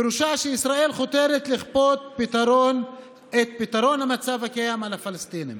פירושה שישראל חותרת לכפות את פתרון המצב הקיים על הפלסטינים,